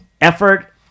effort